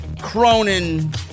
Cronin